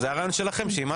זה היה רעיון שלכם שאימצנו.